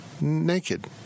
naked